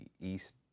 east